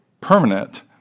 permanent